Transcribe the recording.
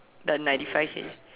the ninety five K